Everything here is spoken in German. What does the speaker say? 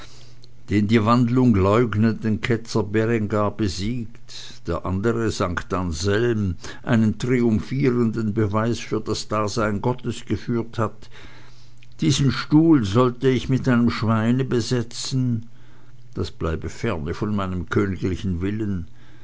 den die wandlung leugnenden ketzer berengar besiegt der andere st anselm einen triumphierenden beweis für das dasein gottes geführt hat diesen stuhl sollte ich mit einem schweine besetzen das bleibe ferne von meinem königlichen willen